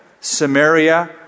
Samaria